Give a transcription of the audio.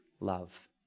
love